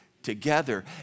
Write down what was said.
Together